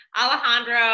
Alejandro